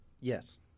Yes